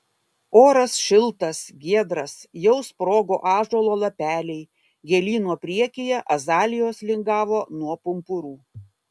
oras šiltas giedras jau sprogo ąžuolo lapeliai gėlyno priekyje azalijos lingavo nuo pumpurų